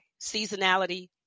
seasonality